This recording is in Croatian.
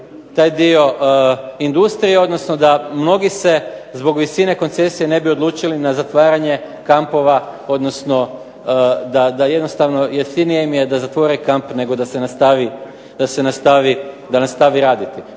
sada taj dio industrije, odnosno da mnogi se zbog visine koncesije ne bi odlučili na zatvaranje kampova, odnosno da jednostavno jeftinije im je da zatvore kamp, nego da nastavi raditi